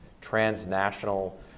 transnational